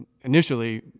initially